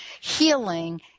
healing